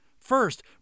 First